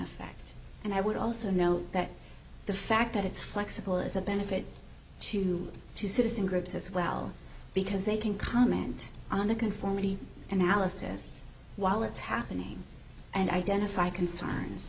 effect and i would also note that the fact that it's flexible is a benefit to new to citizen groups as well because they can comment on the conformity analysis while it's happening and identify con